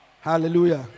hallelujah